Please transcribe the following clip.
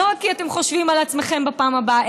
לא כי אתם חושבים על עצמכם בפעם הבאה,